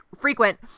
frequent